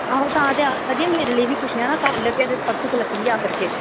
आहो तां ते आक्खा दे मेरे लेई बी पुच्छेआं कल्ल ते सबैह्रे परसों कोला चली जाया करगे